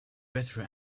better